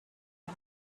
who